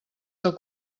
del